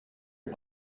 est